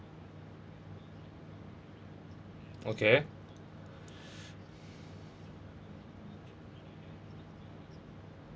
okay